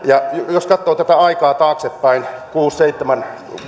jos katsoo tätä aikaa taaksepäin kuusi viiva seitsemän